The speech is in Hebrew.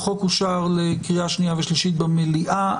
החוק אושר לקריאה שנייה ושלישית במליאה.